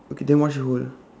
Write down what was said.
okay then what she hold